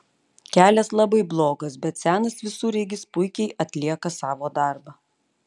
kelias labai blogas bet senas visureigis puikiai atlieka savo darbą